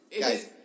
Guys